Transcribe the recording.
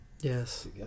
Yes